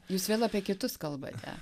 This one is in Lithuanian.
jūs vėl apie kitus kalbate